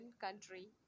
country